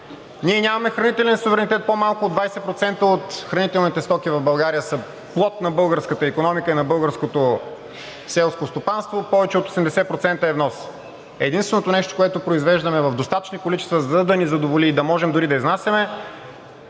Ние нямаме хранителен суверенитет. По-малко от 20% от хранителните стоки в България са плод на българската икономика и на българското селско стопанство – повече от 80% е внос. Единствено нещо, което произвеждаме в достатъчни количества, за да ни задоволи и да можем дори да изнасяме,